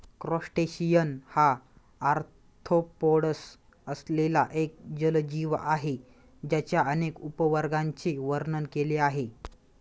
crustacean हा arthropods असलेला एक जलजीव आहे ज्याच्या अनेक उपवर्गांचे वर्णन केले आहे